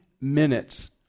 minutes